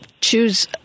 choose